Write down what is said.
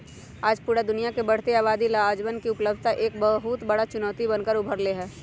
आज पूरा दुनिया के बढ़ते आबादी ला अनजवन के उपलब्धता एक बहुत बड़ा चुनौती बन कर उभर ले है